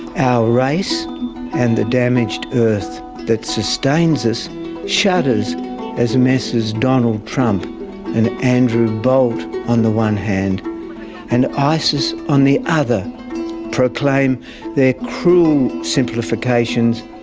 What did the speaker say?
our race and the damaged earth that sustains us shudders as messrs donald trump and andrew bolt on the one hand and isis on the other proclaim their cruel simplifications,